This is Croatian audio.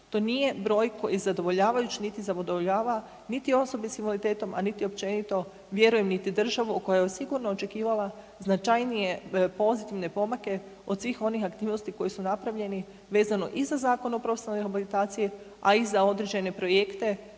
To nije broj koji je zadovoljavajuć, niti zadovoljava niti osobe s invaliditetom, a niti općenito vjerujem niti državu koja je sigurno očekivala značajnije pozitivne pomake od svih onih aktivnosti koji su napravljeni vezano i za Zakon o profesionalnoj rehabilitaciji, a i za određene projekte